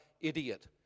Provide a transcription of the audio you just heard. idiot